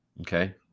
Okay